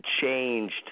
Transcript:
changed